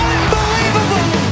Unbelievable